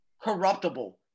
Corruptible